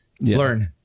learn